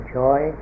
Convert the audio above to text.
joy